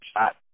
shot